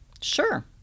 Sure